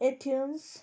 एठियम्स्